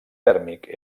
tèrmic